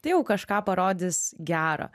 tai jau kažką parodys gero